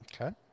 Okay